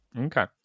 Okay